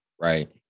Right